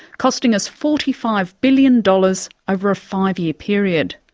costing us forty five billion dollars over a five-year period.